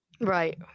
Right